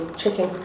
chicken